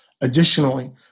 Additionally